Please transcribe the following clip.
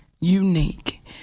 unique